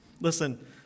Listen